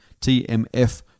TMF